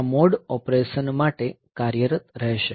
આ mode operation માટે કાર્યરત રહેશે